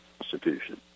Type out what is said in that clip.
institution